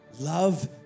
love